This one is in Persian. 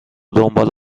دنبال